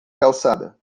calçada